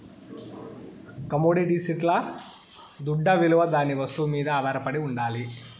కమొడిటీస్ల దుడ్డవిలువ దాని వస్తువు మీద ఆధారపడి ఉండాలి